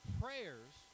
prayers